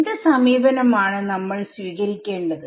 എന്ത് സമീപനം ആണ് നമ്മൾ സ്വീകരിക്കേണ്ടത്